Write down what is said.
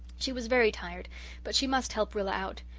she was very tired but she must help rilla out.